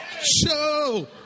show